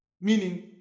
meaning